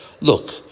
Look